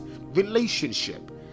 relationship